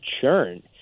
churn